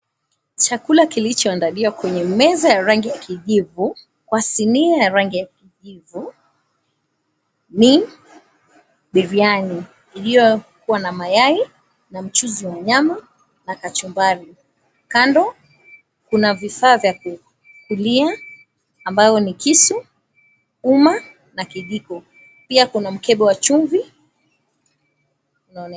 Chakula kilichoandaliwa kwenye meza ya rangi ya kijivu, kwa sinia ya rangi ya kijivu ni biriani iliyokuwa na mayai na mchuzi wa nyama na kachumbari kando kuna vifaa vya kupakulia ambayo ni kisu, umma na kijiko, pia kua mkebe wa chumvi unaonekana.